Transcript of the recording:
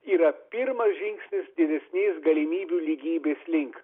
yra pirmas žingsnis didesnės galimybių lygybės link